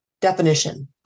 Definition